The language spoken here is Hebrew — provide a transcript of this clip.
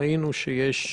ראינו שיש